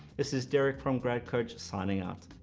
this is derek from grad coach, signing out.